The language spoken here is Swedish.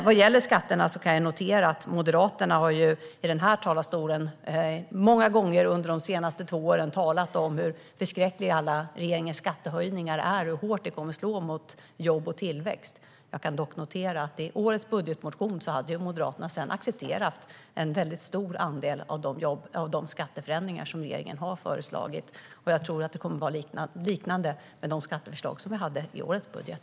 Vad gäller skatterna kan jag notera att Moderaterna här i talarstolen många gånger under de senaste två åren har talat om hur förskräckliga alla regeringens skattehöjningar är och hur hårt de kommer att slå mot jobb och tillväxt. Jag kan dock notera att i årets budgetmotion har Moderaterna accepterat en stor andel av de skatteförändringar som regeringen har föreslagit. Jag tror att det kommer att vara likadant med de skatteförslag vi hade i årets budget.